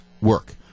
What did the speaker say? work